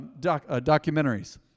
documentaries